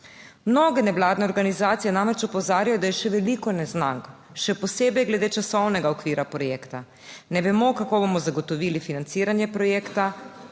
Mnoge nevladne organizacije namreč opozarjajo, da je še veliko neznank, še posebej glede časovnega okvira projekta. Ne vemo, kako bomo zagotovili financiranje projekta,